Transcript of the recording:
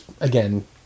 again